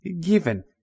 given